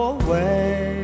away